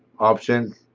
options,